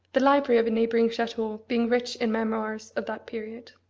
the library of a neighbouring chateau being rich in memoirs of that period.